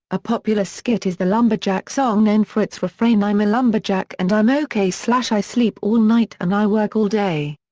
a popular skit is the lumberjack song known for its refrain i'm a lumberjack and i'm okay i sleep all night and i work all day.